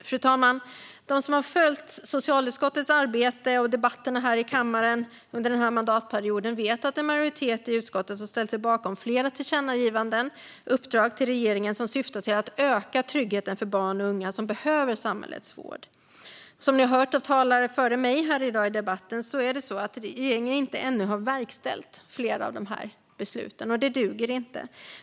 Fru talman! De som har följt socialutskottets arbete och debatterna här i kammaren under mandatperioden vet att en majoritet i utskottet har ställt sig bakom flera tillkännagivanden, uppdrag, till regeringen som syftar till att öka tryggheten för barn och unga som behöver samhällets vård. Som ni har hört av talare före mig i debatten har regeringen ännu inte verkställt flera av dessa beslut, och det duger inte.